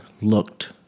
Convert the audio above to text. looked